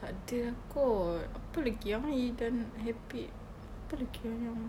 tak ada sudah kot apa lagi yang ida nak habit apa lagi yang